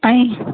ऐं